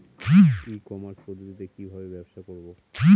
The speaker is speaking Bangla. ই কমার্স পদ্ধতিতে কি ভাবে ব্যবসা করব?